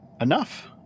enough